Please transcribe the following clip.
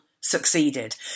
succeeded